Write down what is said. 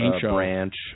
branch